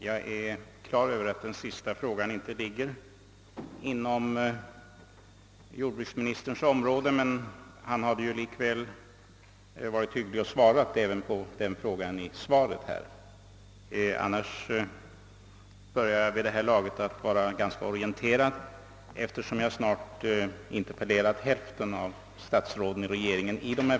Herr talman! Jag vet att den sista frågan inte ligger inom jordbruksministerns område, men han har likväl varit hygglig att svara även på den. Vid det här laget börjar jag bli ganska väl orienterad om uppdelningen på olika departement, eftersom jag snart har interpellerat hälften av statsråden i hithörande ämnen.